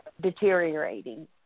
deteriorating